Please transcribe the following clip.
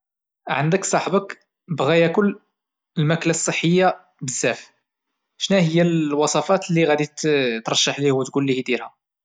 عندك صاحبك بغا ياكل الماكلة الصحية بزاف، شناهيا الوصفات اللي غادي تشرح ليه وتقوليه يديرها؟